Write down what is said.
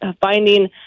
finding